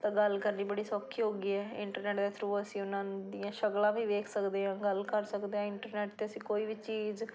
ਤਾਂ ਗੱਲ ਕਰਨੀ ਬੜੀ ਸੌਖੀ ਹੋ ਗਈ ਹੈ ਇੰਟਰਨੈਟ ਦੇ ਥਰੂ ਅਸੀਂ ਉਹਨਾਂ ਦੀਆਂ ਸ਼ਕਲਾਂ ਵੀ ਵੇਖ ਸਕਦੇ ਹਾਂ ਗੱਲ ਕਰ ਸਕਦੇ ਹਾਂ ਇੰਟਰਨੈਟ 'ਤੇ ਅਸੀਂ ਕੋਈ ਵੀ ਚੀਜ਼